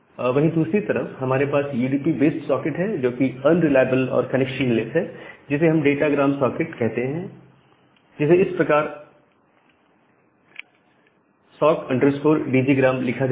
वहीं दूसरी तरफ हमारे पास यूडीपी बेस्ड सॉकेट है जो कि अनरिलायबल और कनेक्शनलेस है जिसे हम डाटा ग्राम सॉकेट कहते हैं जिसे इस प्रकार SOCK DGRAM लिखा जाता है